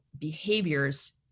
behaviors